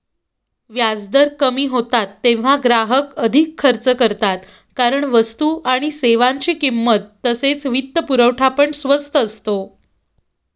व्याजदर कमी होतात तेव्हा ग्राहक अधिक खर्च करतात कारण वस्तू आणि सेवांची किंमत तसेच वित्तपुरवठा पण स्वस्त असतो